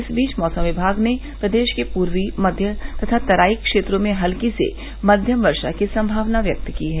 इस बीच मौसम विभाग ने प्रदेश के पूर्वी मध्य तथा तराई क्षेत्रों में हल्की से मध्यम वर्षा की संभावना व्यक्त की है